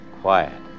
quiet